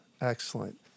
Excellent